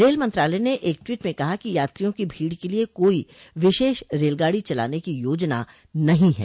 rail मंत्रालय ने एक ट्वीट में कहा कि यात्रियों की भीड़ के लिए कोई विशेष रेलगाड़ी चलाने की योजना नहीं है